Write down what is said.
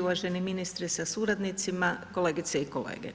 Uvaženi ministre sa suradnicima, kolegice i kolege,